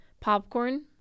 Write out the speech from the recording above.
popcorn